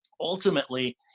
ultimately